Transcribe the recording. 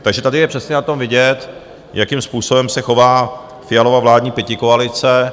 Takže tady je přesně na tom vidět, jakým způsobem se chová Fialova vládní pětikoalice.